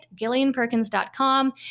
gillianperkins.com